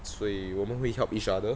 所以我们会 help each other